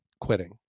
quitting